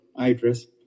Idris